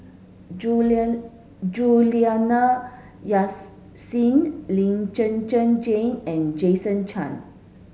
Juliana Lee Zhen Zhen Jane and Jason Chan